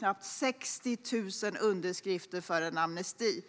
nästan 60 000 underskrifter för en amnesti, vilket är ett imponerande antal.